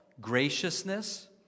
graciousness